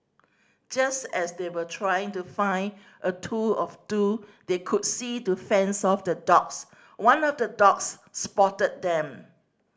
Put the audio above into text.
just as they were trying to find a tool or two that they could see to fend off the dogs one of the dogs spotted them